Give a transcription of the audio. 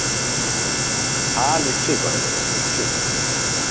হ্যাঁ নিশ্চয়ই করা যাবে নিশ্চয়ই করা যাবে